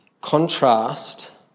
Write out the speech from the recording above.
contrast